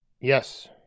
yes